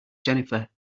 jennifer